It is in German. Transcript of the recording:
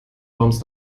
worms